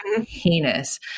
heinous